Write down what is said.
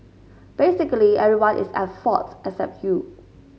basically everyone is at fault except you